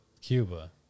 Cuba